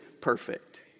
perfect